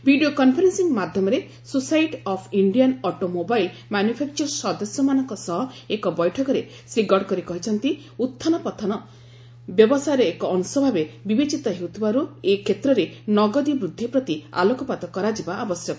video conferencing ମାଧ୍ୟମରେ society of Indian automobile ମ୍ୟାନୁଫ୍ୟାକ୍ଚର୍ସ୍ର ସଦସ୍ୟମାନଙ୍କ ସହ ଏକ ବୈଠକରେ ଶ୍ରୀ ଗଡ଼କରୀ କହିଛନ୍ତି ଉହ୍ୱାନପତନ ବ୍ୟବସାୟର ଏକ ଅଂଶ ଭାବେ ବିବେଚିତ ହେଉଥିବାରୁ ଏ କ୍ଷେତ୍ରରେ ନଗଦି ବୃଦ୍ଧି ପ୍ରତି ଆଲୋକପାତ କରାଯିବା ଆବଶ୍ୟକ